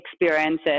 experiences